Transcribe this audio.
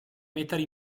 mettere